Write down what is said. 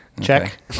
Check